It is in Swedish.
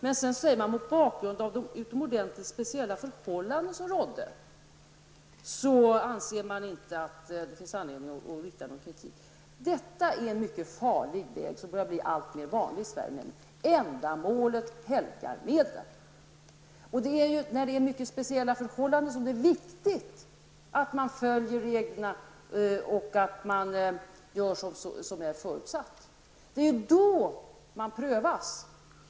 Sedan fortsätter utskottet: ''Mot bakgrund av de utomordentligt speciella förhållanden som rådde -- anser emellertid utskottet att någon kritik mot regeringen inte är befogad.'' Detta är en mycket farlig väg som börjar bli alltmer vanlig i Sverige, nämligen att man låter ändamålet helga medlen. Det är ju under mycket speciella förhållanden som det är viktigt att man följer reglerna och gör som det är förutsatt. Det är då man prövas.